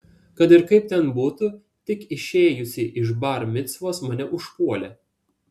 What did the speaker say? kad ir kaip ten būtų tik išėjusį iš bar micvos mane užpuolė